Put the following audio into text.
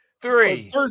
Three